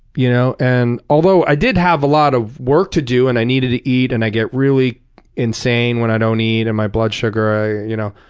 you know and although i did have a lot of work to do, and i needed to eat. and i get really insane when i don't eat, and my blood sugar, you know.